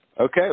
Okay